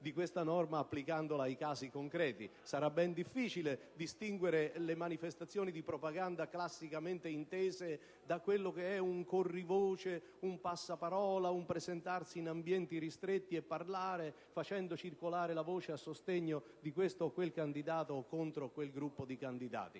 si tratterà di applicarla ai casi concreti. Sarà ben difficile distinguere le manifestazioni di propaganda classicamente intese da quello che è un corri-voce, un passaparola, un presentarsi in ambienti ristretti e parlare facendo circolare la voce a sostegno o contro questo o quel candidato o gruppo di candidati.